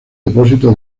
depósito